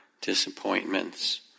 disappointments